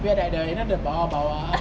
you know like the you know the bawah-bawah